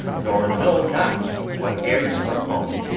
nor know not what air's from home.